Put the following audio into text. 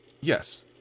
Yes